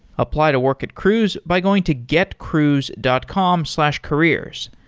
apply to work at cruise by going to getcruise dot com slash careers.